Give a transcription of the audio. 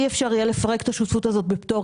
אי אפשר יהיה לפרק את השותפות הזאת בפטור,